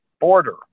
border